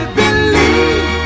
believe